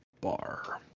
Bar